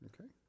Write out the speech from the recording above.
Okay